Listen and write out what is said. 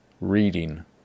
reading